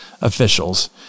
officials